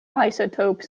isotopes